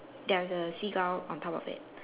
there's a seagull on top of it